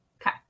okay